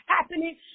happening